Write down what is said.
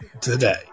today